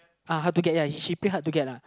uh hard to get ya she play hard to get lah